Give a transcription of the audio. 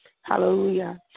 hallelujah